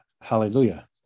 Hallelujah